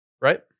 right